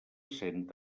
cent